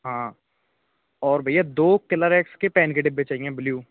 हाँ और भइया दो कलर एक्स के पेन के डिब्बे चाहिए ब्ल्यू